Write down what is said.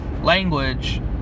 language